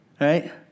right